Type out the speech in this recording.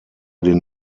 den